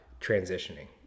transitioning